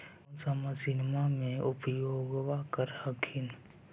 कौन सा मसिन्मा मे उपयोग्बा कर हखिन?